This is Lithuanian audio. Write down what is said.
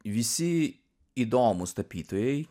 visi įdomūs tapytojai